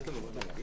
הרמטית,